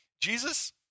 Jesus